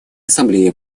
ассамблеи